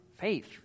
faith